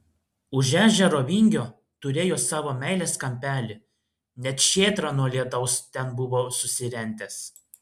už ežero vingio turėjo savo meilės kampelį net šėtrą nuo lietaus ten buvo susirentęs